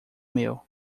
meu